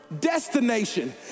destination